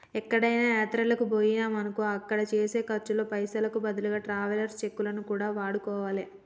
ఎక్కడికైనా యాత్రలకు బొయ్యినమనుకో అక్కడ చేసే ఖర్చుల్లో పైసలకు బదులుగా ట్రావెలర్స్ చెక్కులను కూడా వాడుకోవాలే